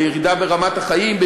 בירידה ברמת החיים,